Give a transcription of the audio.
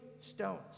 stones